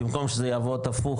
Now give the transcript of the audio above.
במקום שזה יעבוד הפוך,